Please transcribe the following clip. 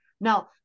Now